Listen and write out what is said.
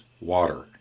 water